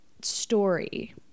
story